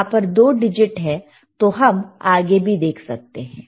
यहां पर 2 डिजिट है तो हम आगे भी देख सकते हैं